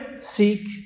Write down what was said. Seek